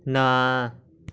ਨਾ